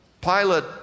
Pilate